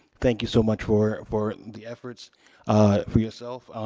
thank you so much for for the efforts for yourself.